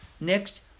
Next